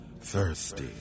thirsty